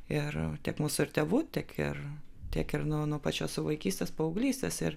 ir tiek mūsų ir tėvų tiek ir tiek ir nuo nuo pačios vaikystės paauglystės ir